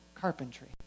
carpentry